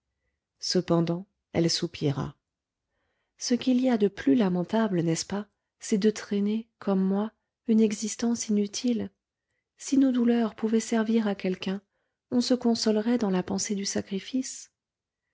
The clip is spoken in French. cependant elle soupira ce qu'il y a de plus lamentable n'est-ce pas c'est de traîner comme moi une existence inutile si nos douleurs pouvaient servir à quelqu'un on se consolerait dans la pensée du sacrifice